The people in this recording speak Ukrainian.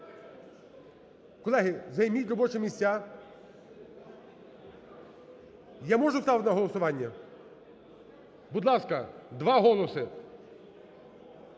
Колеги, займіть робочі місця. Я можу ставити на голосування? Будь ласка, два голоси!